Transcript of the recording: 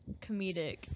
comedic